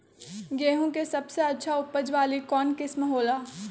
गेंहू के सबसे अच्छा उपज वाली कौन किस्म हो ला?